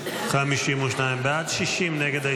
בעד, 60 נגד.